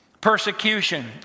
Persecution